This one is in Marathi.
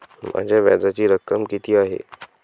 माझ्या व्याजाची रक्कम किती आहे?